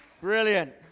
Brilliant